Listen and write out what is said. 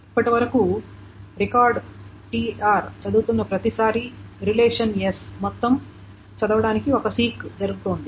ఇప్పటివరకు record tr చదువుతున్న ప్రతిసారీ రిలేషన్ s మొత్తం చదవడానికి ఒక సీక్ జరుగుతోంది